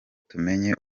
tumenye